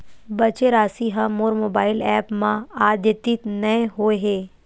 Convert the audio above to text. बचे राशि हा मोर मोबाइल ऐप मा आद्यतित नै होए हे